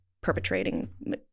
perpetrating